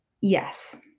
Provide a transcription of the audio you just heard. yes